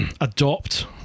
adopt